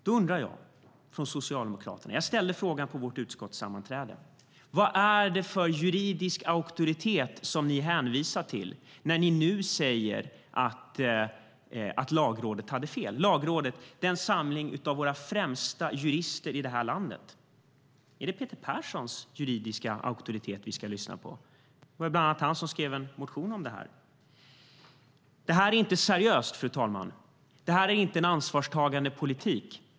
Då undrar jag - jag ställde frågan på vårt utskottssammanträde: Vad är det för juridisk auktoritet som ni socialdemokrater hänvisar till när ni nu säger att Lagrådet, en samling av landets främsta jurister, hade fel? Är det Peter Perssons juridiska auktoritet vi ska lyssna till? Bland annat han har skrivit en motion om detta. Det här är inte seriöst, fru talman! Det här är inte en ansvarstagande politik.